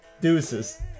Deuces